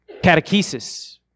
catechesis